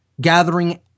gathering